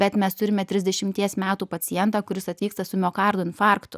bet mes turime trisdešimties metų pacientą kuris atvyksta su miokardo infarktu